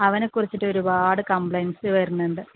അവനെക്കുറിച്ചിട്ട് ഒരുപാട് കംപ്ലെയിൻസ് വരുന്നുണ്ട്